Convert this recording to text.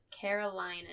Carolina